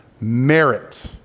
merit